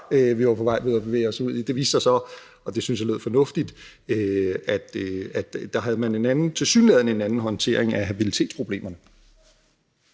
vi var på vej at bevæge os ud i. Det viste sig så – og det syntes jeg lød fornuftigt – at man der tilsyneladende har en anden håndtering af habilitetsproblemer,